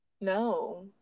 No